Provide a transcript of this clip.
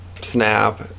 snap